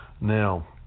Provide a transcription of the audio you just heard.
Now